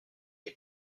les